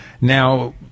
Now